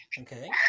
okay